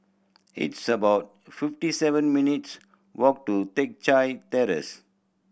it's about fifty seven minutes' walk to Teck Chye Terrace